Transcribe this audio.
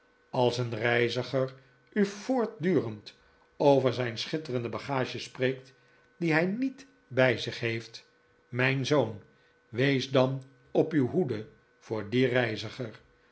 als een reiziger u voortdurend over zijn schitterende bagage spreekt die hij niet bij zich heeft mijn zoon wees dan op uw hoede voor dien reiziger